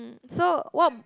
so what